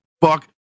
fuck